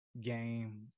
game